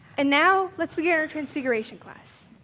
and now let's begin our transfiguration class.